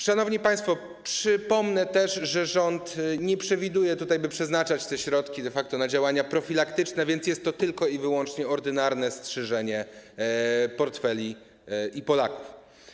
Szanowni państwo, przypomnę też, że rząd nie przewiduje przeznaczania tych środków de facto na działania profilaktyczne, więc jest to tylko i wyłącznie ordynarne strzyżenie portfeli Polaków.